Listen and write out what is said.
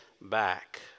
back